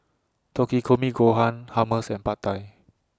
Takikomi Gohan Hummus and Pad Thai